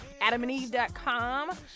AdamandEve.com